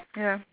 ya